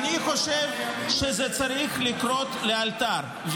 אני חושב שזה צריך לקרות לאלתר,